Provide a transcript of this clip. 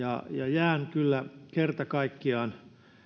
jään kyllä kerta kaikkiaan